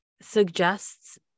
suggests